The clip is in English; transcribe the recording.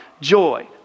joy